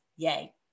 Yay